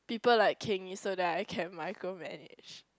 people like Keng-Yi so that I can micromanage